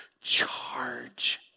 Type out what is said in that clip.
charge